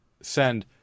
send